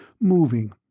moving